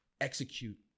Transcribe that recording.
execute